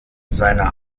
seiner